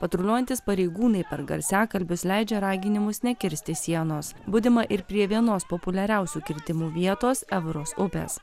patruliuojantys pareigūnai per garsiakalbius leidžia raginimus nekirsti sienos budima ir prie vienos populiariausių kirtimų vietos evros upės